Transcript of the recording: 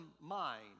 mind